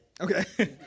Okay